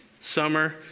summer